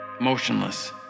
motionless